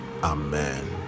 Amen